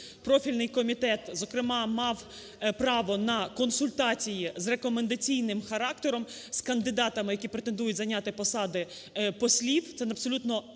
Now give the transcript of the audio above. профільний комітет, зокрема, мав право на консультації з рекомендаційним характером з кандидатами, які претендують зайняти посади послів. Це абсолютно